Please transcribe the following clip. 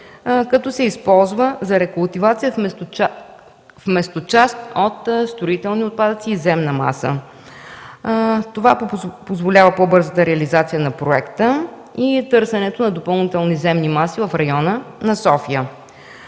като се използва за рекултивация вместо част от строителни отпадъци и земна маса. Това позволява по-бързата реализация на проекта и търсенето на допълнителни земни маси в района на София.